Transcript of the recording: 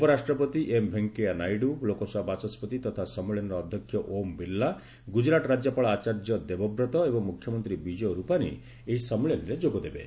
ଉପରାଷ୍ଟ୍ରପତି ଏମ୍ ଭେଙ୍କୟା ନାଇଡୁ ଲୋକସଭା ବାଚସ୍କତି ତଥା ସମ୍ମିଳନୀର ଅଧ୍ୟକ୍ଷ ଓମ୍ ବିର୍ଲା ଗୁଜୁରାଟ ରାଜ୍ୟପାଳ ଆଚାର୍ଯ୍ୟ ଦେବବ୍ରତ ଏବଂ ମୁଖ୍ୟମନ୍ତ୍ରୀ ବିଜୟ ରୂପାନୀଏହି ସମ୍ମିଳନୀରେ ଯୋଗ ଦେବେ